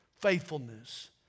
Faithfulness